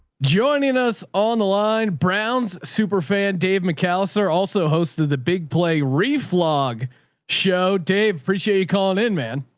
joining us on the line. browns super fan dave mcallister also hosted the big play reef flog show. dave, appreciate you calling in man.